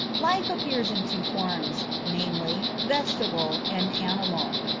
life appears in two forms, namely, vegetable and animal.